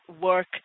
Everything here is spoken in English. work